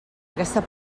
aquesta